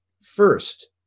First